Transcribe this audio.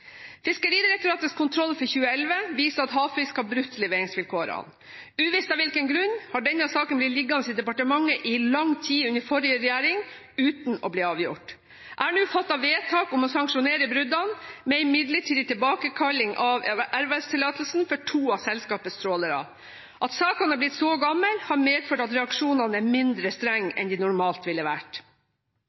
Fiskeridirektoratets kontroll for 2011 viser at Havfisk har brutt leveringsvilkårene. Uvisst av hvilken grunn har denne saken blitt liggende i departementet i lang tid under forrige regjering, uten å bli avgjort. Jeg har nå fattet vedtak om å sanksjonere bruddene med en midlertidig tilbakekalling av ervervstillatelsen for to av selskapets trålere. At sakene har blitt så gamle, har medført at reaksjonene er mindre strenge enn de normalt ville vært.